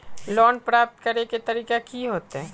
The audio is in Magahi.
लोन प्राप्त करे के तरीका की होते?